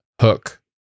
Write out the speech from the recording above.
Hook